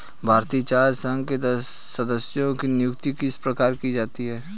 भारतीय चाय संघ के सदस्यों की नियुक्ति किस प्रकार की जाती है?